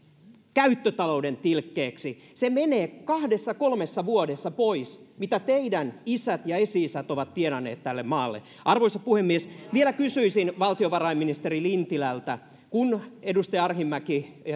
käyttötalouden tilkkeeksi se menee kahdessa kolmessa vuodessa pois mitä teidän isät ja esi isät ovat tienanneet tälle maalle arvoisa puhemies vielä kysyisin valtiovarainministeri lintilältä kun edustaja arhinmäki